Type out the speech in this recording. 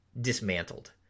dismantled